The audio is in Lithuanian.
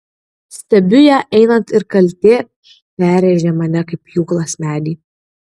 stebiu ją einant ir kaltė perrėžia mane kaip pjūklas medį